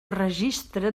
registre